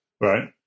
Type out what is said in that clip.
right